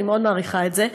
אני מעריכה את זה מאוד.